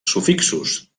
sufixos